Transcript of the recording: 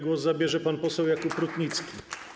Głos zabierze pan poseł Jakub Rutnicki.